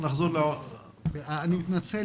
עו"ד של המשפחה וגם תושב כרמיאל בעצמך.